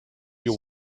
you